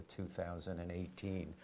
2018